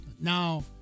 now